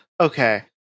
okay